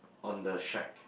on the shack